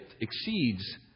exceeds